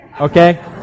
Okay